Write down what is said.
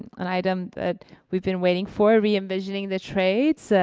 an item that we've been waiting for, reinvisioning the trades.